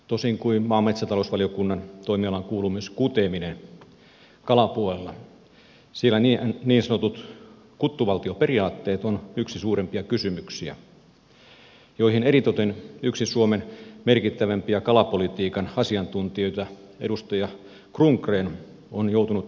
tosin kun maa ja metsätalousvaliokunnan toimialaan kuuluu myös kuteminen kalapuolella siinä niin sanotut kutuvaltioperiaatteet on yksi suurimpia kysymyksiä joihin eritoten yksi suomen merkittävimpiä kalapolitiikan asiantuntijoita edustaja rundgren on joutunut alati puuttumaan